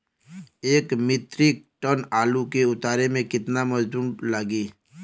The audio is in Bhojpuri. एक मित्रिक टन आलू के उतारे मे कितना मजदूर लागि?